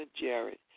Jared